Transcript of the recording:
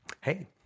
hey